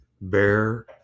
bear